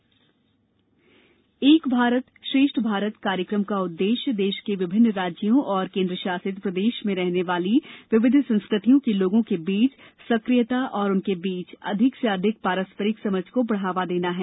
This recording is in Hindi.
एक भारत श्रेष्ठ भारत एक भारत श्रेष्ठ भारत कार्यक्रम का उद्देश्य देश के विभिन्न राज्यों और केंद्र शासित प्रदेशों में रहने वाली विविध संस्कृतियों के लोगों के बीच सक्रियता बढ़ाना है इसका उद्देश्य उनके बीच अधिक से अधिक पारस्परिक समझ को बढ़ावा देना भी है